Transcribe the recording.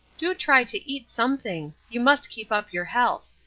do try to eat something. you must keep up your health.